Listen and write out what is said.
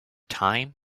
time